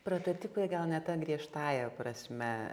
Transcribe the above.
prototipai gal ne ta griežtąja prasme